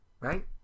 right